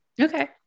okay